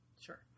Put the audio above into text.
Sure